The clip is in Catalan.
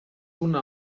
una